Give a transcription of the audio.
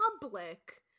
public